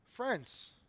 Friends